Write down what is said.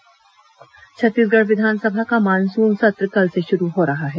विधानसभा सत्र छत्तीसगढ़ विधानसभा का मानसून सत्र कल से शुरू हो रहा है